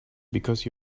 because